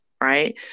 right